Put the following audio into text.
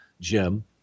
Jim